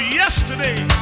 yesterday